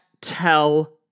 tell